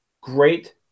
great